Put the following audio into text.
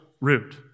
root